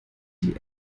die